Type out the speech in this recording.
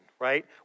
right